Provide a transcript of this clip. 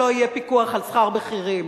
שלא יהיה פיקוח על שכר בכירים,